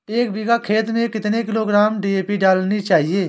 एक बीघा खेत में कितनी किलोग्राम डी.ए.पी डालनी चाहिए?